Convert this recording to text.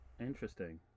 Interesting